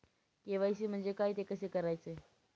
KYC म्हणजे काय? ते कसे करायचे?